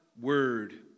word